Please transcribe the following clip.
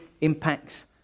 Impacts